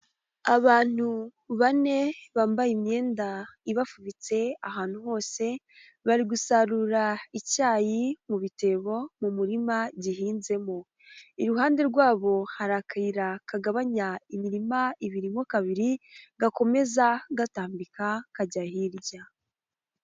Abantu bane bambaye imyenda ibafubitse ahantu hose, bari gusarura icyayi mu bitebo mu murima gihinzemo, iruhande rwabo hari akayira kagabanya imirima ibiri mo kabiri, gakomeza gatambika kajya hirya.